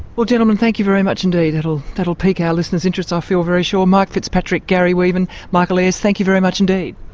well, gentlemen, thank you very much indeed. that'll that'll pique our listeners' interest i ah feel very sure. mike fitzpatrick, garry weaven, michael eyers, thank you very much indeed.